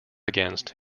against